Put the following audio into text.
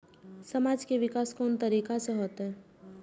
समाज के विकास कोन तरीका से होते?